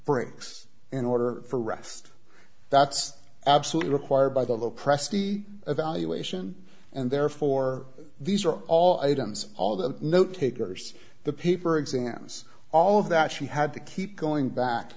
breaks in order for rest that's absolutely required by the lopresti evaluation and therefore these are all items all the note takers the paper exams all that she had to keep going back